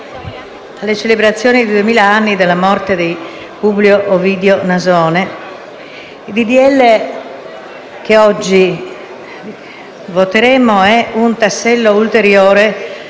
la celebrazione dei duemila anni dalla morte di Publio Ovidio Nasone, che oggi voteremo, è un tassello ulteriore,